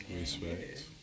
Respect